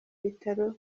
bitaro